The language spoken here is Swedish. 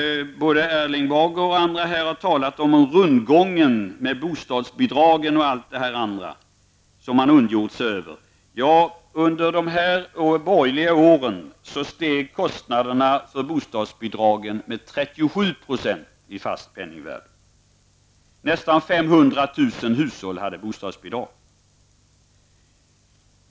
Både Erling Bager och andra här har talat om rundgången med bostadsbidrag, osv. och ondgjort sig över det. Under de borgerliga åren steg kostnaderna för bostadsbidragen med 37 % i fast penningvärde. Nästan 500 000 hushåll hade bostadsbidrag.